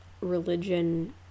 religion